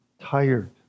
tired